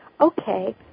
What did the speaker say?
okay